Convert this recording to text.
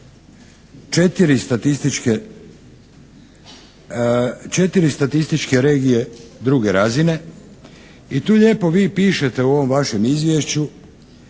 četiri statističke regije druge razine i tu lijepo vi pišete u ovom vašem izvješću: